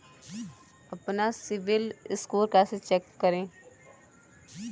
अपना CIBIL score कैसे check करें?